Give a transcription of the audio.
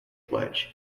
pledge